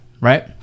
right